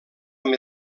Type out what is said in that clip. amb